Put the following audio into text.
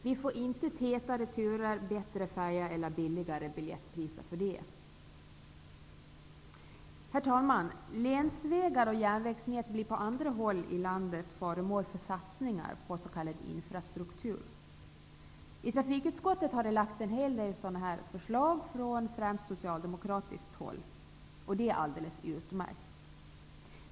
Vi får inte tätare turer, bättre färjor eller billigare biljettpriser för det. Herr talman! Länsvägar och järnvägsnät blir på andra håll i landet föremål för satsningar på s.k. infrastruktur. I trafikutskottet har det lagts fram en hel del sådana här förslag från främst socialdemokratiskt håll. Det är alldeles utmärkt.